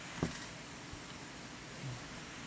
mm